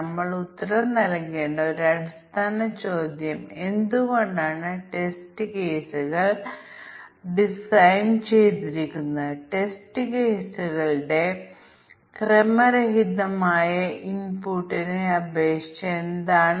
നമ്മിൽ 5000 ഉൾപ്പെടുത്തേണ്ടിവരും 5000 5001 4999 1 0 രണ്ട് കവിയുന്ന ഒന്ന് തുല്യത ക്ലാസിന്റെ പ്രതിനിധിയായ മറ്റേതെങ്കിലും മൂല്യം 1000 ആയിരിക്കാം